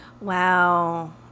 Wow